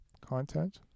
content